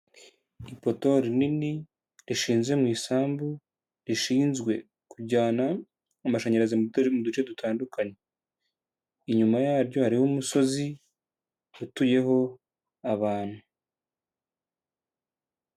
Ipoto rinini rishinze mu isambu rishinzwe kujyana amashanyarazi mu duce dutandukanye inyuma yaryo hariho umusozi utuyeho abantu.